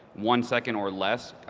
one second or less.